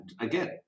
again